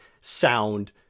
sound